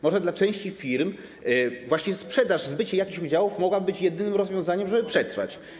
Może dla części firm właśnie sprzedaż, zbycie jakichś udziałów mogłoby być jedynym rozwiązaniem, żeby przetrwać.